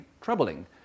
troubling